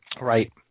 right